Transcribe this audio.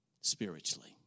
spiritually